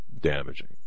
damaging